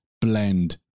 blend